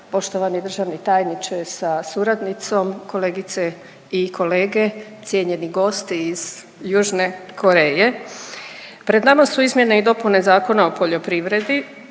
poštovani državni tajniče sa suradnicom, kolegice i kolege, cijenjeni gosti iz Južne Koreje, pred nama su izmjene i dopune Zakona o poljoprivredi